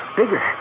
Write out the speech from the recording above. bigger